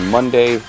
Monday